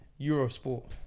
eurosport